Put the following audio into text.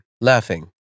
laughing